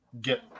get